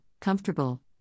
comfortable